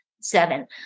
seven